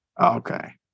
Okay